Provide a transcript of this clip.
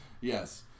Yes